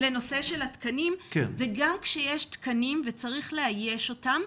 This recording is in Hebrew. גם כשיש תקנים, וצריך לאייש אותם,